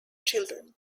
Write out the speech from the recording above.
children